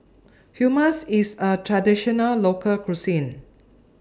Hummus IS A Traditional Local Cuisine